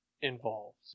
involved